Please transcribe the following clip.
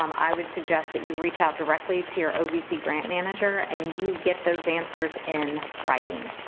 um i would suggest that you reach out directly to your ovc grant manager and you get those answers in writing.